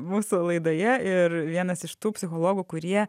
mūsų laidoje ir vienas iš tų psichologų kurie